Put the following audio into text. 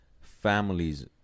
families